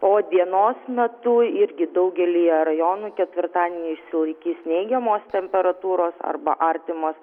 o dienos metu irgi daugelyje rajonų ketvirtadienį išsilaikys neigiamos temperatūros arba artimos